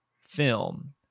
film